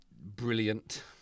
brilliant